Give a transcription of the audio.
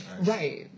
Right